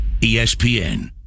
ESPN